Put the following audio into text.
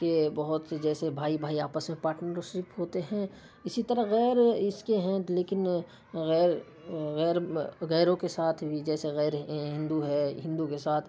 کہ بہت سی جیسے بھائی بھائی آپس میں پارٹنر شپ ہوتے ہیں اسی طرح غیر اس کے ہیں لیکن غیر غیر غیروں کے ساتھ بھی جیسے غیر ہندو ہے ہندو کے ساتھ